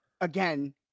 again